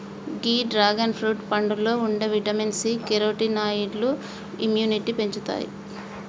గీ dragon fruit పండులో ఉండే vitamin C, కెరోటినాయిడ్లు ఇమ్యునిటీని పెంచుతాయి